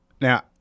Now